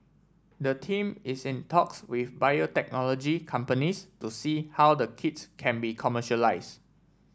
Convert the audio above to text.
the team is in talks with biotechnology companies to see how the kits can be commercialised